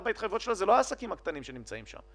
בהתחייבויות שלה זה לא העסקים הקטנים שנמצאים שם,